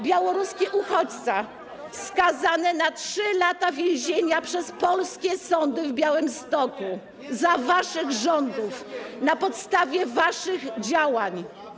Białoruski uchodźca skazany na 3 lata więzienia przez polskie sądy w Białymstoku za waszych rządów na podstawie waszych działań.